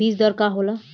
बीज दर का होला?